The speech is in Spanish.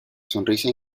sonrisa